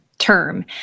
term